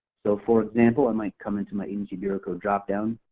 so, for example, i might come into my agency bureau code drop-down,